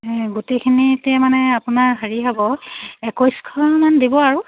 গোটেইখিনি এতিয়া মানে আপোনাৰ হেৰি হ'ব একৈছশমান দিব আৰু